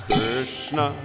Krishna